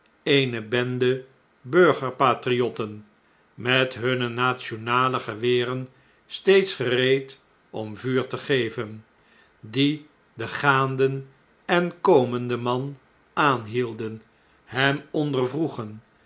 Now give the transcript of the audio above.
eene bende burgerpatriotten met hunne nationale geweren steeds gereed om vuur te geven die dengaandenen komenden man aanhielden hem